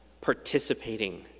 participating